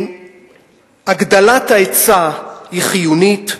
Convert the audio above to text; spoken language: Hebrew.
הגדלת ההיצע היא חיונית,